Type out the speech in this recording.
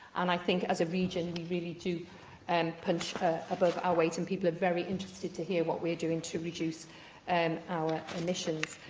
and i think, as a region, we really do and punch above our weight and people are very interested to hear what we're doing to reduce and our emissions.